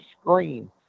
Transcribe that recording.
screen